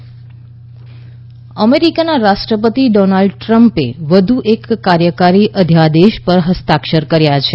America visa અમેરિકાના રાષ્ટ્રપતિ Donald ટ્રમ્પે વધુ એક કાર્યકારી અધ્યાદેશ પર હસ્તાક્ષર કર્યો છે